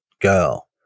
girl